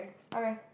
okay